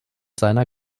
seiner